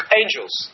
angels